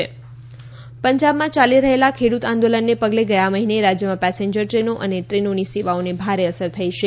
પંજાબ ખેડુત આંદોલન પંજાબમાં ચાલી રહેલા ખેડુત આંદોલનને પગલે ગયા મહિને રાજ્યમાં પેસેન્જર ટ્રેનો અને ટ્રેનોની સેવાઓને ભારે અસર થઈ છે